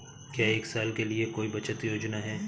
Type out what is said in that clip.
क्या एक साल के लिए कोई बचत योजना है?